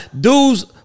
dudes